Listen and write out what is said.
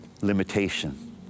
limitation